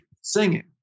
singing